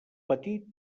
petit